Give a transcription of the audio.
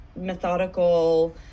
methodical